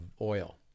oil